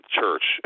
church